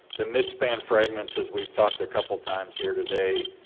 the midspan fragments as we've talked a couple times here today,